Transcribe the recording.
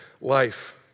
life